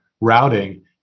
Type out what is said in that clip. routing